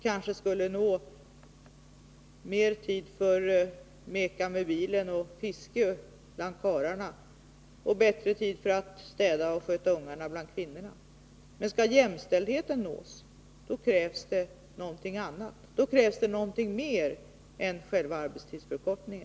Kanske skulle karlarna få mera tid för att meka med bilen och fiska. Kvinnorna skulle kanske få mera tid för att städa och sköta ungarna. Men för att verkligen uppnå jämställdhet krävs det något annat, något mer än enbart en arbetstidsförkortning.